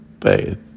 faith